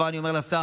כבר אני אומר לשר,